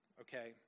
Okay